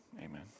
Amen